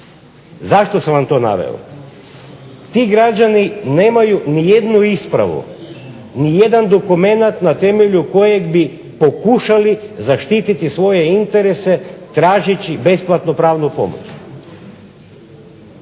Zašto sam vam to naveo? Ti građani nemaju nijednu ispravu nijedan dokumenat na temelju kojeg bi pokušali zaštititi svoje interese tražeći besplatnu pravnu pomoć.